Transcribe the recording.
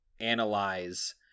analyze